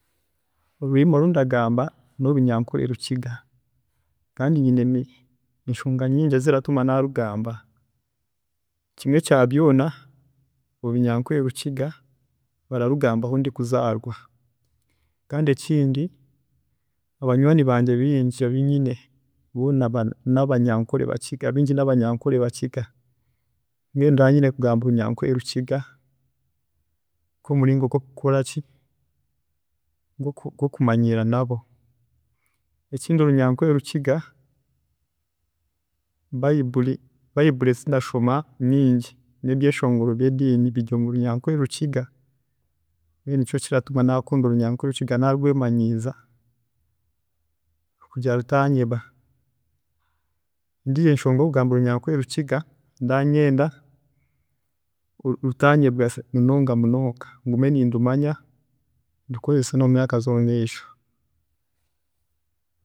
﻿Orurimi orundagamba n'orunyankore rukiga, kandi nyine nyine eshonga nyingi eziratuma n'arugamba, kimwe kya byoona orunyankore rukiga bararugambaho ndi kuzaarwa kandi ekindi abanywaani bangye beingi abu nyine, boona nabanyankore bakiga, abeingi nabanyankore bakiga mwenu ndaba nyine kugamba orunyankore rukiga nk'omuringo gwokukora ki, gwokumanyiirana nabo, ekindi orunyankore rukiga, baiburi, baiburi ezindashoma nyingi nebyeshongoro byediini biri mu runyankore rukiga mbwenu nikyo kiratuma nakunda orunyankore rukiga narwemanyiiza kugira ngu rutanyeba, endiijo enshonga yokugamba orunyankore rukiga ndaba ndenda rutanyeba munonga, munonga ngume nidumanya ndukozese nomumywaaka zomumeisho.